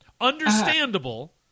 Understandable